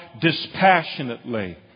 dispassionately